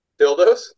dildos